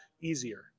easier